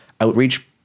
outreach